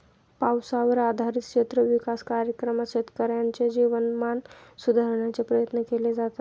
पावसावर आधारित क्षेत्र विकास कार्यक्रमात शेतकऱ्यांचे जीवनमान सुधारण्याचे प्रयत्न केले जातात